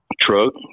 truck